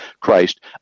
Christ